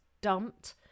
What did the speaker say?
dumped